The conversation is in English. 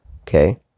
Okay